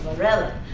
relic.